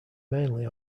mainly